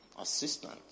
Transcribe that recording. assistant